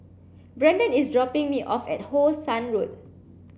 Brandon is dropping me off at How Sun Road